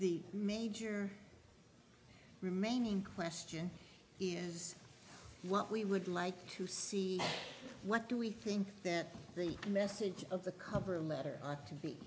the major remaining question is what we would like to see what do we think that the message of the cover letter ought to be